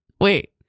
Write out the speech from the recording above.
Wait